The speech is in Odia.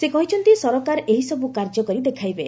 ସେ କହିଛନ୍ତି ସରକାର ଏହିସବୁ କାର୍ଯ୍ୟ କରି ଦେଖାଇବେ